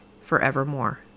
forevermore